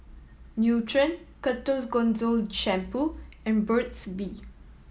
Nutren Ketoconazole Shampoo and Burt's Bee